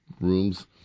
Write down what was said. rooms